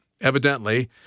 evidently